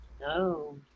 No